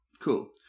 Cool